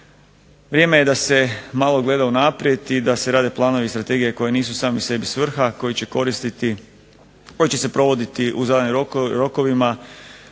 Vrijeme je da se malo gleda unaprijed i da se rade planovi i strategije koje nisu same sebi svrha, koje će se provoditi u zadanim rokovima